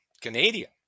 Canadian